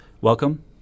Welcome